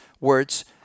words